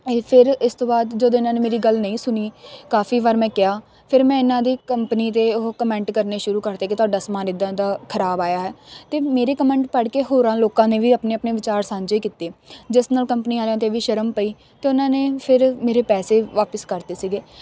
ਇਹ ਫਿਰ ਇਸ ਤੋਂ ਬਾਅਦ ਜਦੋਂ ਇਹਨਾਂ ਨੇ ਮੇਰੀ ਗੱਲ ਨਹੀਂ ਸੁਣੀ ਕਾਫੀ ਵਾਰ ਮੈਂ ਕਿਹਾ ਫਿਰ ਮੈਂ ਇਹਨਾਂ ਦੇ ਕੰਪਨੀ ਦੇ ਉਹ ਕਮੈਂਟ ਕਰਨੇ ਸ਼ੁਰੂ ਕਰਤੇ ਕਿ ਤੁਹਾਡਾ ਸਮਾਨ ਇਦਾਂ ਇਦਾਂ ਖਰਾਬ ਆਇਆ ਹੈ ਅਤੇ ਮੇਰੇ ਕਮੈਂਟ ਪੜ੍ਹ ਕੇ ਹੋਰਾਂ ਲੋਕਾਂ ਨੇ ਵੀ ਆਪਣੇ ਆਪਣੇ ਵਿਚਾਰ ਸਾਂਝੇ ਕੀਤੇ ਜਿਸ ਨਾਲ ਕੰਪਨੀ ਵਾਲਿਆਂ ਦੇ ਵੀ ਸ਼ਰਮ ਪਈ ਅਤੇ ਉਹਨਾਂ ਨੇ ਫਿਰ ਮੇਰੇ ਪੈਸੇ ਵਾਪਸ ਕਰਤੇ ਸੀਗੇ